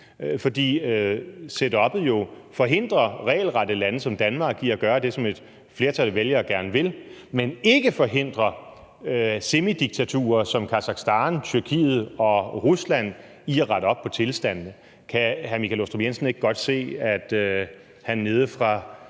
fordi setuppet jo forhindrer regelrette lande som Danmark i at gøre det, som et flertal af vælgere gerne vil, men ikke forhindrer semidiktaturer som Aserbajdsjan, Tyrkiet og Rusland i at lade være med at rette op på tilstandene. Kan hr. Michael Aastrup Jensen ikke godt se, at han nede fra